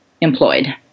employed